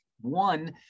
One